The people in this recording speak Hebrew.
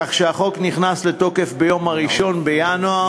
כך שהחוק נכנס לתוקף ביום 1 בינואר